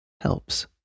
helps